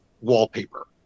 wallpaper